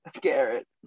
Garrett